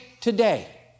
today